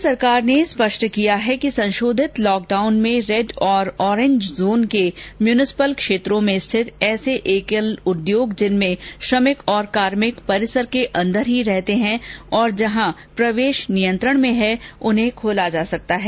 राज्य सरकार ने स्पष्ट किया है कि संशोधित लॉकडाउन में रेड और ऑरेन्ज जोन के म्यून्सिपल क्षेत्रों में स्थित ऐसे एकल उद्योग जिनमें श्रमिक और कार्मिक परिसर के अंदर ही रहते है और जहां प्रवेश नियंत्रण में है उन्हें खोला जा सकता है